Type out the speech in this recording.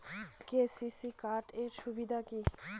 KCC card এর সুবিধা কি?